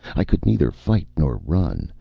i could neither fight nor run.